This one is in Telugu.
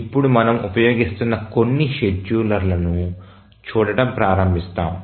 ఇప్పుడు మనము ఉపయోగిస్తున్న కొన్ని షెడ్యూలర్లను చూడటం ప్రారంభిస్తాము